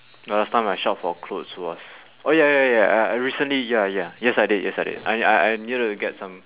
the last time I shopped for clothes was oh ya ya ya ya uh I recently ya ya yes I did yes I did I ne~ I I needed to get some